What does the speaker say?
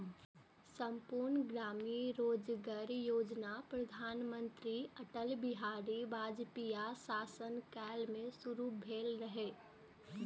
संपूर्ण ग्रामीण रोजगार योजना प्रधानमंत्री अटल बिहारी वाजपेयीक शासन काल मे शुरू भेल रहै